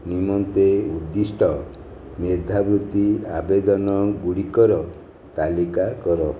ନିମନ୍ତେ ଉଦ୍ଦିଷ୍ଟ ମେଧାବୃତ୍ତି ଆବେଦନ ଗୁଡ଼ିକର ତାଲିକା କର